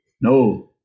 no